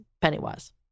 Pennywise